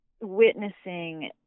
witnessing